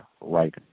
right